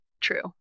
true